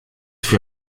für